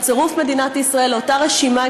של צירוף מדינת ישראל לאותה רשימה